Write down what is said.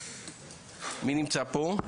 מי נמצא פה?